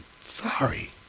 Sorry